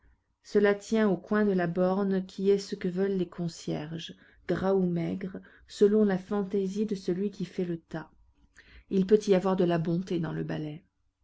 cela tient au coin de la borne qui est ce que veulent les concierges gras ou maigre selon la fantaisie de celui qui fait le tas il peut y avoir de la bonté dans le balai